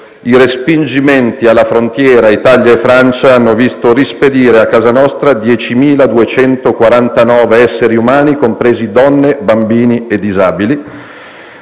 i respingimenti alla frontiera tra Italia e Francia hanno visto rispedire a casa nostra 10.249 esseri umani, compresi donne, bambini e disabili.